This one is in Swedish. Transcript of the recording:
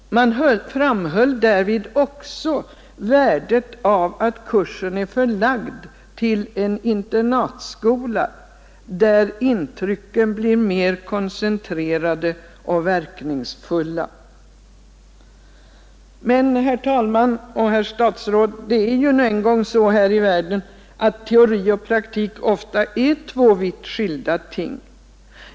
Man framhöll därvid också värdet av att kursen är förlagd till en internatskola där intrycken blir mer koncentrerade och verkningsfulla. Men, herr talman och herr statsråd, det är nu en gång så här i världen att teori och praktik ofta är två vitt skilda ting!